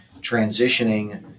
transitioning